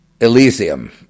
Elysium